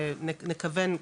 ונכוון,